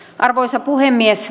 arvoisa puhemies